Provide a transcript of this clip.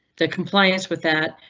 that compliance with that.